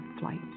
flight